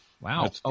Wow